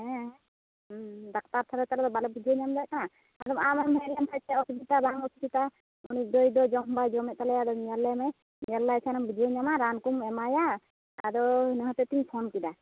ᱦᱮᱸ ᱰᱟᱠᱛᱟᱨ ᱪᱷᱟᱲᱟ ᱛᱚ ᱟᱞᱮ ᱫᱚ ᱵᱟᱞᱮ ᱵᱩᱡᱷᱟᱹᱣ ᱫᱟᱲᱮᱭᱟᱜ ᱠᱟᱱᱟ ᱟᱫᱚ ᱟᱢᱮᱢ ᱦᱮᱡ ᱞᱮᱱᱠᱷᱟᱱ ᱪᱮᱫ ᱚᱥᱩᱵᱤᱫᱟ ᱵᱟᱝ ᱚᱥᱩᱵᱤᱫᱟᱜᱼᱟ ᱩᱱᱤ ᱜᱟᱹᱭ ᱫᱚ ᱡᱚᱢ ᱵᱟᱭ ᱡᱚᱢᱮᱫ ᱛᱟᱞᱮᱭᱟ ᱟᱫᱚ ᱧᱮᱞᱮ ᱢᱮ ᱧᱮᱞ ᱞᱟᱭ ᱠᱷᱟᱡ ᱮᱢ ᱵᱩᱡᱷᱟᱹᱣ ᱧᱟᱢᱟ ᱨᱟᱱ ᱠᱚ ᱮᱢᱟᱭᱟ ᱟᱫᱚ ᱚᱱᱟ ᱦᱚᱛᱮᱫ ᱛᱮᱧ ᱯᱷᱳᱱ ᱠᱮᱫᱟ